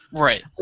Right